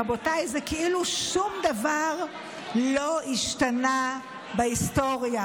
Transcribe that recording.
רבותיי, זה כאילו שום דבר לא השתנה בהיסטוריה.